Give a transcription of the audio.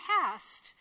past